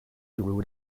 through